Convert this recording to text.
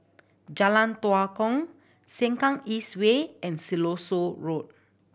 Jalan Tua Kong Sengkang East Way and Siloso Road